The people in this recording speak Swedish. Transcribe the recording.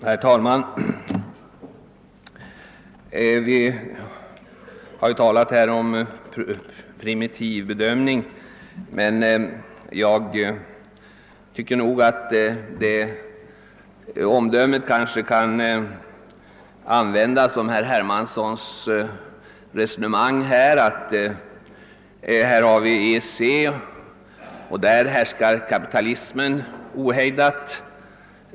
Herr talman! Vi har här talat om primitiv bedömning. Jag tycker faktiskt att det omdömet kan användas om herr Hermanssons resonemang, att inom EEC härskar kapitalismen ohejdat.